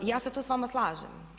I ja se tu s vama slažem.